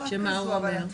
שמה הוא אומר?